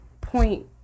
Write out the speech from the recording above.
Point